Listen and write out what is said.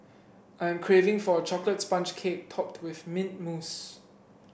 I am craving for a chocolate sponge cake topped with mint mousse